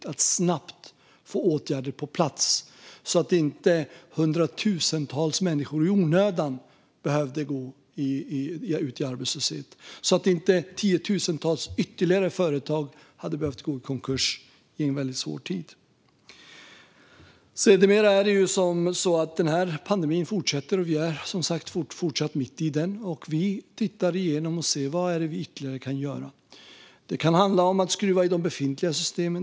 Vi behövde snabbt få åtgärder på plats så att inte hundratusentals människor i onödan skulle behöva gå ut i arbetslöshet och så att inte ytterligare tiotusentals företag skulle behöva gå i konkurs i en väldigt svår tid. Sedermera blev läget sådant att pandemin fortsatte. Vi är som sagt fortfarande mitt i den. Vi tittar igenom och försöker se vad ytterligare vi kan göra. Det kan handla om att skruva i de befintliga systemen.